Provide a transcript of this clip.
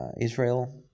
Israel